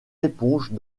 éponges